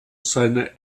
seiner